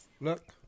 Look